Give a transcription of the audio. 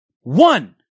one